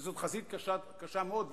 וזאת חזית קשה מאוד.